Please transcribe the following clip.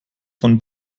von